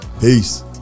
Peace